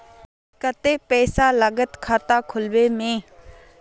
केते पैसा लगते खाता खुलबे में?